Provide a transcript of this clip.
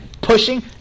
pushing